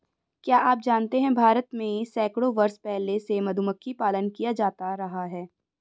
क्या आप जानते है भारत में सैकड़ों वर्ष पहले से मधुमक्खी पालन किया जाता रहा है?